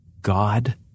God